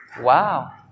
Wow